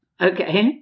Okay